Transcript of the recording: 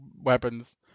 weapons